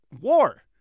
War